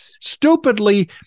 stupidly